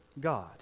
God